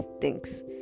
thinks